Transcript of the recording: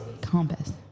Compass